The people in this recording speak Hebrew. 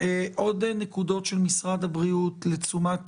עוד נקודות של משרד הבריאות לתשומת